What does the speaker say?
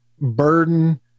burden